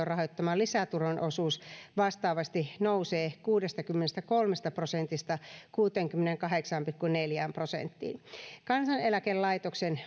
rahoittaman lisäturvan osuus vastaavasti nousee kuudestakymmenestäkolmesta prosentista kuuteenkymmeneenkahdeksaan pilkku neljään prosenttiin kansaneläkelaitoksen